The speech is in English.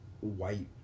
white